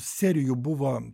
serijų buvo